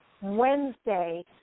Wednesday